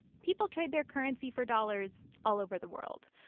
people trade their currency for dollars all over the world,